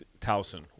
Towson